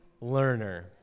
learner